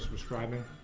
describing